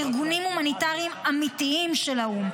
ארגונים הומניטריים אמיתיים של האו"ם,